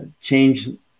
change